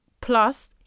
plus